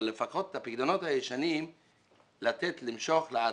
אבל לפחות לפיקדונות הישנים לתת למשוך לאט-לאט.